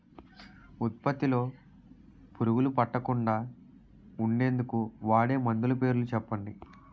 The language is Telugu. ఉత్పత్తి లొ పురుగులు పట్టకుండా ఉండేందుకు వాడే మందులు పేర్లు చెప్పండీ?